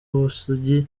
ubusugi